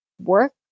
work